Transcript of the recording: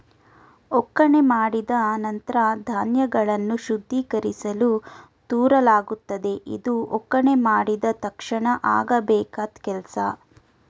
ಒಕ್ಕಣೆ ಮಾಡಿದ ನಂತ್ರ ಧಾನ್ಯಗಳನ್ನು ಶುದ್ಧೀಕರಿಸಲು ತೂರಲಾಗುತ್ತದೆ ಇದು ಒಕ್ಕಣೆ ಮಾಡಿದ ತಕ್ಷಣ ಆಗಬೇಕಾದ್ ಕೆಲ್ಸ